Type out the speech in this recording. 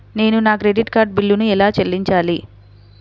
నేను నా credit card బిల్లును ఎలా చెల్లించాలీ?